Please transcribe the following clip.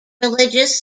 religious